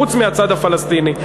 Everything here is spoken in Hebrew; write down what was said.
חוץ מלצד הפלסטיני.